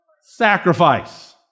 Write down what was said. sacrifice